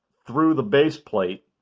through the base plate,